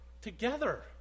together